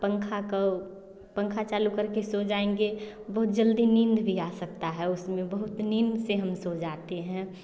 पंखा को पंखा चालू कर के सो जाएँगे बहुत जल्दी नींद भी आ सकती है उसमें बहुत नींद से हम सो जाते है